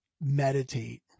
meditate